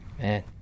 Man